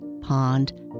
pond